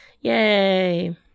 Yay